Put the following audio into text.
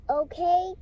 okay